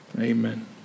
Amen